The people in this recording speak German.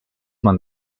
man